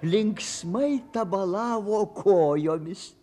linksmai tabalavo kojomis